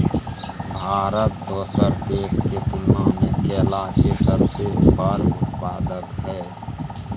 भारत दोसर देश के तुलना में केला के सबसे बड़ उत्पादक हय